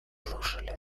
заслушали